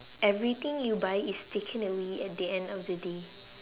everything you buy is taken away at the end of the day